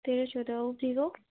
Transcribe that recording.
ତେର ଚଉଦ ଆଉ ଭିବୋ